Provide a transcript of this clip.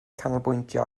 canolbwyntio